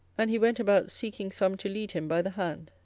and he went about seeking some to lead him by the hand.